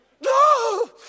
No